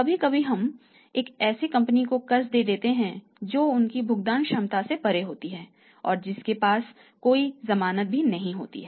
कभी कभी हम एक ऐसी कंपनी को कर्ज देते हैं जो उनकी भुगतान क्षमता से परे होती है और जिनके पास कोई जमानत भी नहीं होती है